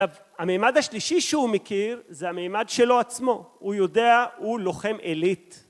עכשיו, הממד השלישי שהוא מכיר, זה הממד שלו עצמו, הוא יודע, הוא לוחם עילית.